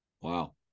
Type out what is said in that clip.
Wow